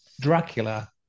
Dracula